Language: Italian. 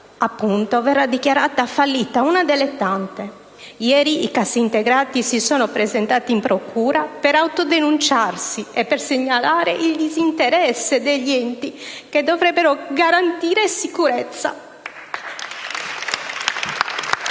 tante - verrà dichiarata fallita. Ieri i cassintegrati si sono presentati in procura per autodenunciarsi e per segnalare il disinteresse degli enti che dovrebbero garantire la sicurezza. *(Segni